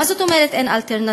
מה זאת אומרת אין אלטרנטיבה?